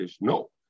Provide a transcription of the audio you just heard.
No